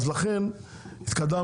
אז לכן התקדמנו.